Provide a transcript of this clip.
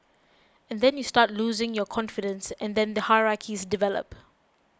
and then you start losing your confidence and then the hierarchies develop